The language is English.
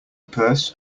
purse